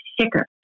sicker